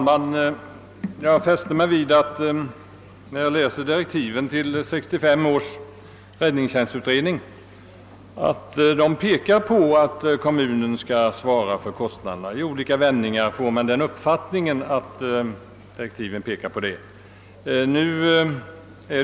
Herr talman! När jag läst direktiven till 1965 års räddningstjänstutredning har jag av olika formuleringar fått den uppfattningen att kommunerna skall svara för kostnaderna.